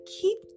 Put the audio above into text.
keep